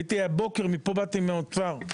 הייתי הבוקר, מפה באתי מהאוצר.